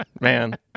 Man